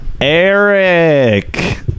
Eric